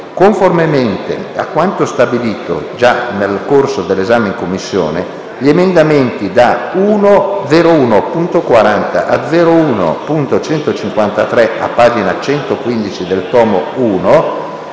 Conformemente a quanto già stabilito nel corso dell'esame in Commissione, gli emendamenti da 01.40 a 01.153, a pagina 115 del Tomo I,